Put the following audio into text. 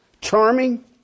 charming